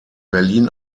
berlin